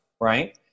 right